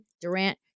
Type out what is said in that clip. Durant